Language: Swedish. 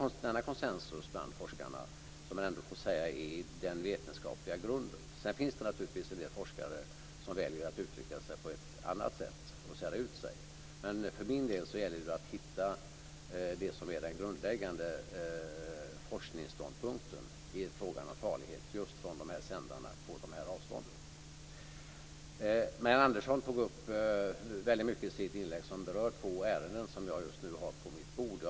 Denna konsensus bland forskarna får sägas vara den vetenskapliga grunden. Sedan finns det naturligtvis en del forskare som väljer att uttrycka sig på ett annat sätt och sära ut sig. Men för min del gäller det att hitta det som är den grundläggande forskningsståndpunkten i frågan om strålningens farlighet just från dessa sändare på dessa avstånd. Marianne Andersson tog upp väldigt mycket i sitt inlägg som berör två ärenden som jag just nu har på mitt bord.